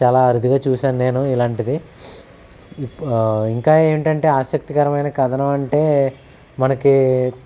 చాలా అరుదుగా చూసాను నేను ఇలాంటిది ఇంకా ఏంటంటే ఆసక్తికరమైన కథనం అంటే మనకి